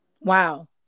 Wow